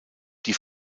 die